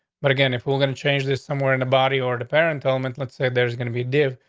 but again, if we're gonna change this somewhere in the body or the parent element, let's say there's gonna be div.